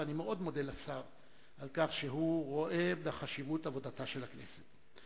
ואני מאוד מודה לשר על כך שהוא רואה חשיבות בעבודתה של הכנסת.